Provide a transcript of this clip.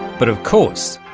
but, of course,